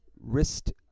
wrist